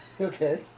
Okay